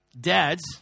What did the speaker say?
dads